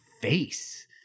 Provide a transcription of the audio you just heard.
face